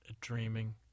dreaming